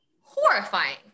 horrifying